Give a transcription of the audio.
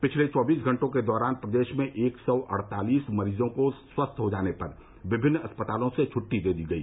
पिछले चौबीस घंटों के दौरान प्रदेश में एक सौ अड़तालीस मरीजों को स्वस्थ हो जाने पर विभिन्न अस्पतालों से छुट्टी दे दी गई